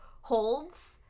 holds